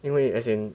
因为 as in